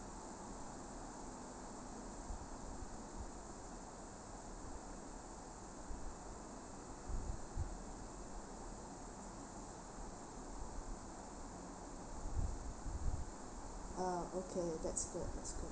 ah okay that's good that's good